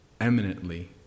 eminently